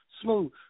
Smooth